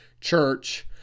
church